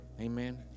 Amen